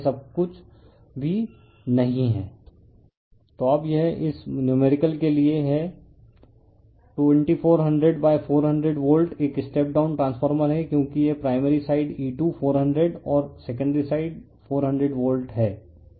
refer slide time 2651 तो अब यह इस नुमेरिकल के लिए है 2400400 वोल्ट एक स्टेप डाउन ट्रांसफॉर्मर है क्योंकि यह प्राइमरी साइड E2400 और सेकेंडरी साइड 400 वोल्ट है